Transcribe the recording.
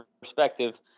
perspective